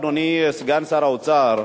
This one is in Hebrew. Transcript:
אדוני סגן שר האוצר,